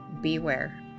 beware